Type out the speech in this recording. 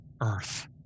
earth